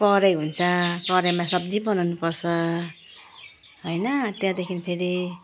कराही हुन्छ कराहीमा सब्जी बनाउनुपर्छ होइन त्यहाँदेखि फेरि